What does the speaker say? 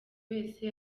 wese